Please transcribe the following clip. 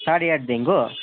साढे आठदेखिको